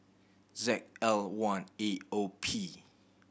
Z L one A O P